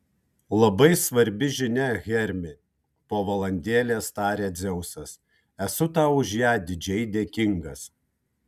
labai svarbi žinia hermi po valandėlės tarė dzeusas esu tau už ją didžiai dėkingas